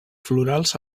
florals